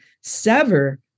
sever